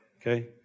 Okay